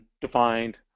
defined